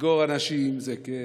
לסגור אנשים זה כן,